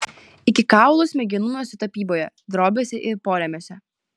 iki kaulų smegenų esu tapyboje drobėse ir porėmiuose